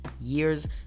year's